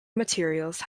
materials